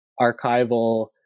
archival